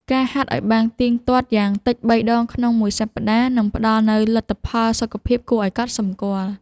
ការហាត់ឱ្យបានទៀងទាត់យ៉ាងតិច ៣ ដងក្នុងមួយសប្តាហ៍ នឹងផ្ដល់នូវលទ្ធផលសុខភាពគួរឱ្យកត់សម្គាល់។